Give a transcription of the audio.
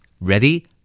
Ready